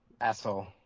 Asshole